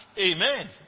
Amen